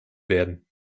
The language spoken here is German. werden